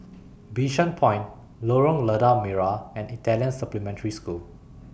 Bishan Point Lorong Lada Merah and Italian Supplementary School